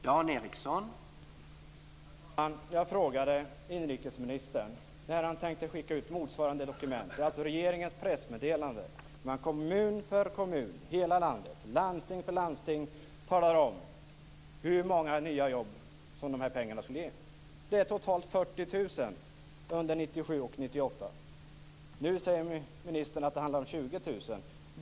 Herr talman! Jag frågade inrikesministern när han tänkte skicka ut motsvarande dokument. Det är alltså regeringens pressmeddelande där man kommun för kommun i hela landet, landsting för landsting talar om hur många nya jobb som de här pengarna skulle ge. Det är totalt 40 000 under 1997 och 1998. Nu säger ministern att det handlar om 20 000.